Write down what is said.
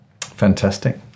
Fantastic